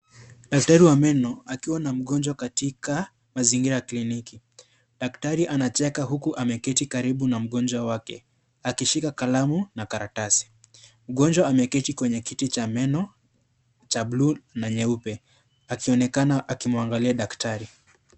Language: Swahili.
Daktari wa meno, akiwa na mgonjwa katika mazingira ya kliniki. Daktari anacheka huku ameketi karibu na mgonjwa wake, akishika kalamu na kalatasi. Mgonjwa ameketi kwenye kiti cha meno cha blue na nyeupe. Akionekana akimwangalia daktari.